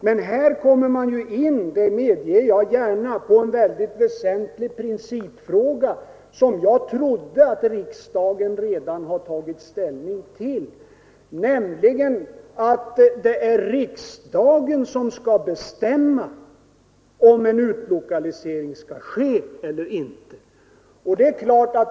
Men här kommer man — det medger jag gärna — in på en mycket väsentlig principfråga, som jag trodde att riksdagen redan hade tagit ställning till, nämligen att det är riksdagen som skall bestämma om en utlokalisering skall ske eller inte.